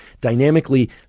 dynamically